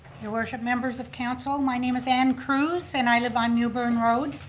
your worship, members of council, my name is anne crews and i live on mewburn road.